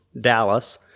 Dallas